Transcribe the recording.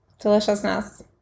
Deliciousness